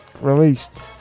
Released